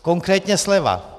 Konkrétně sleva.